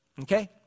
Okay